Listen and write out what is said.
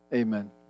Amen